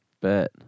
Bet